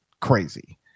crazy